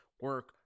Work